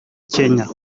kenya